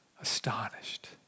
astonished